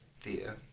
Thea